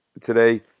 today